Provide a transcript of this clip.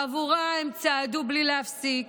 בעבורה הם צעדו בלי להפסיק